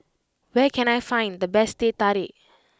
where can I find the best Teh Tarik